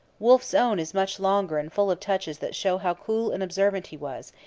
wolfe's own is much longer and full of touches that show how cool and observant he was,